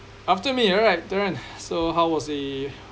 after me you know right so how was the